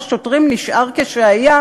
מסים של 18 מיליארד שקלים.